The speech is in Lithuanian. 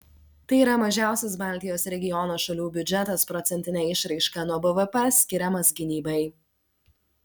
tai yra mažiausias baltijos regiono šalių biudžetas procentine išraiška nuo bvp skiriamas gynybai